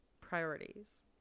priorities